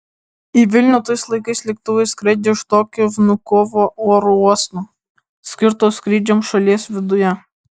į vilnių tais laikais lėktuvai skraidė iš tokio vnukovo oro uosto skirto skrydžiams šalies viduje